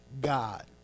God